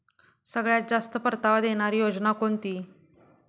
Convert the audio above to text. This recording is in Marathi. सगळ्यात जास्त परतावा देणारी योजना कोणती?